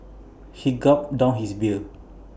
he gulped down his beer